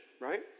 right